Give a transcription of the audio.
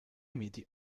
miti